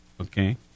Okay